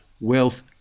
wealth